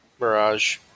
Mirage